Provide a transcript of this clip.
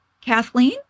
Kathleen